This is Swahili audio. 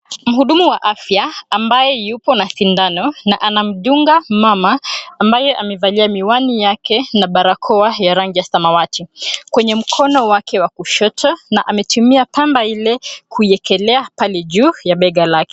Mhudumu wa afya ambaye yupo na sindano na anamdunga mama ambaye amevalia miwani yake na barakoa ya rangi ya samawati kwenye mkono wake wa kushoto na ametumia pamba ile kuiekelea pale juu ya bega lake.